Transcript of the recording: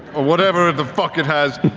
ah whatever the fuck it has,